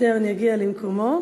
שטרן יגיע למקומו.